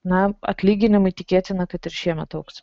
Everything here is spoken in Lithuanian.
na atlyginimai tikėtina kad ir šiemet augs